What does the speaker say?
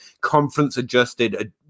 conference-adjusted